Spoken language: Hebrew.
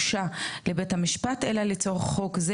לצורך מילוי תפקידם לפי חוק,